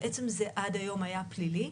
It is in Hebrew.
בעצם זה עד היום היה הפלילי,